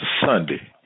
Sunday